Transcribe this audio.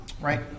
Right